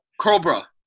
Cobra